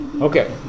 Okay